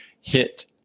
HIT